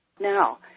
Now